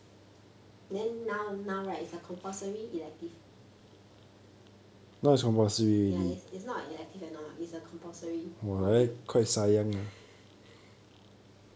then now now right is a compulsory elective ya is is not an elective anymore is a compulsory module